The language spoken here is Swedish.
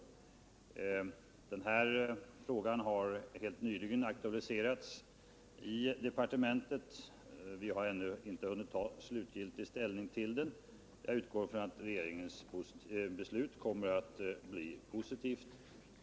Frågan om katastrofbistånd efter årets översvämning har helt nyligen aktualiserats i departementet. Vi har ännu inte hunnit ta slutgiltig ställning till den. Jag utgår från att regeringens beslut kommer att bli positivt.